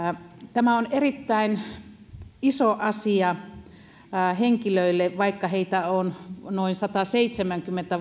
tämä on erittäin iso asia henkilöille vaikka heitä on vain noin sataseitsemänkymmentä